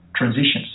Transitions